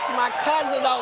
my cousin ah